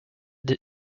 that